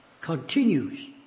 continues